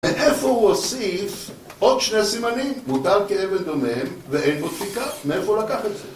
מאיפה הוא הוסיף עוד שני סימנים, מוטל כאבן דומם, ואין בו דפיקה? מאיפה הוא לקח את זה?